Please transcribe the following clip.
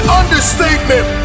understatement